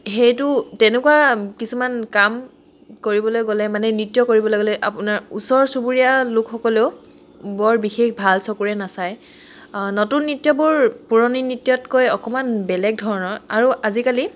সেইটো তেনেকুৱা কিছুমান কাম কৰিবলৈ গ'লে মানে নৃত্য কৰিবলৈ গ'লে আপোনাৰ ওচৰ চুবুৰীয়া লোকসকলেও বৰ বিশেষ ভাল চকুৰে নাচায় নতুন নৃত্যবোৰ পুৰণি নৃত্যতকৈ অকণমান বেলেগ ধৰণৰ আৰু আজিকালি